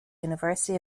university